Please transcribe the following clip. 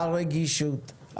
הרגישות,